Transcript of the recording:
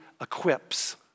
equips